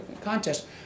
contest